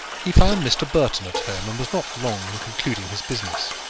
he found mr. burton at home, and was not long in concluding his business.